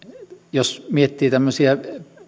jos miettii tämmöisiä